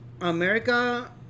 America